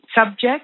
subject